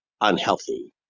unhealthy